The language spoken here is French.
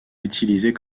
utilisés